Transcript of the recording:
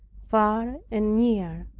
far and near,